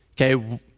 Okay